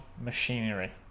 machinery